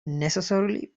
necessarily